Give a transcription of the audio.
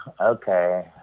okay